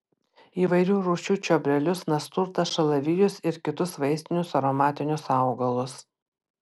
įvairių rūšių čiobrelius nasturtas šalavijus ir kitus vaistinius aromatinius augalus